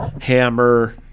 Hammer